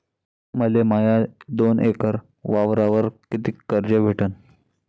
मले माया दोन एकर वावरावर कितीक कर्ज भेटन?